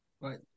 Right